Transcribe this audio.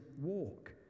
walk